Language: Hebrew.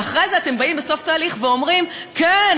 ואחרי זה אתם באים בסוף תהליך ואומרים: כן,